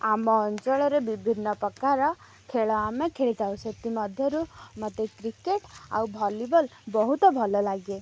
ଆମ ଅଞ୍ଚଳ ରେ ବିଭିନ୍ନ ପ୍ରକାର ଖେଳ ଆମେ ଖେଳି ଥାଉ ସେଥିମଧ୍ୟରୁ ମତେ କ୍ରିକେଟ୍ ଆଉ ଭଲିବଲ୍ ବହୁତ ଭଲ ଲାଗେ